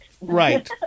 Right